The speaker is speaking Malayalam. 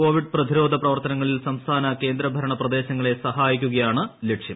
കോവിഡ് പ്രതിരോധ പ്രവർത്തനങ്ങളിൽ സംസ്ഥാന കേന്ദ്രഭരണ പ്രദേശങ്ങളെ സഹായിക്കുകയാണ് ലക്ഷ്യം